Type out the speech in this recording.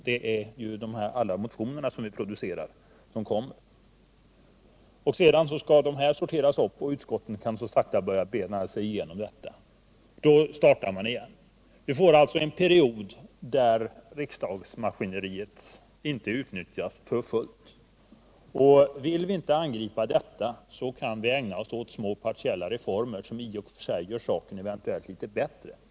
Det är ju då de allmänna motionerna produceras. Sedan skall de sorteras upp och fördelas på resp. utskott, som så sakta kan bena upp dem och starta sitt arbete igen. Det finns alltså en period då riksdagsmaskineriet inte utnyttjas för fullt. Vill vi inte angripa detta kan vi ägna oss åt små partiella reformer, som i och för sig eventuellt kan göra saken litet bättre.